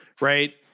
right